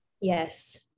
Yes